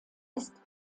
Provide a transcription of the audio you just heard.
ist